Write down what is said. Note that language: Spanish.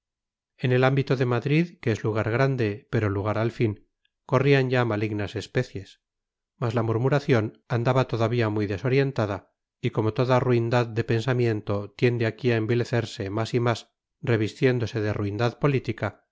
en el ámbito de madrid que es lugar grande pero lugar al fin corrían ya malignas especies mas la murmuración andaba todavía muy desorientada y como toda ruindad de pensamiento tiende aquí a envilecerse más y más revistiéndose de ruindad política